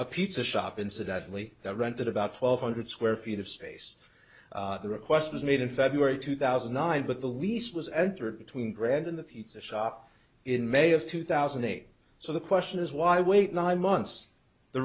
a pizza shop incidentally that ranted about twelve hundred square feet of space the request was made in february two thousand and nine but the lease was entered between grand in the pizza shop in may of two thousand and eight so the question is why wait nine months the